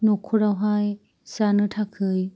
न'खरावहाय जानो थाखाय